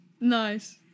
Nice